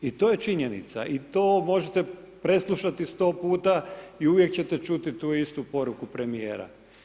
I to je činjenica i to možete preslušati 100 puta i uvijek ćete čuti tu istu poruku premijera.